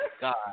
God